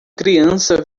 criança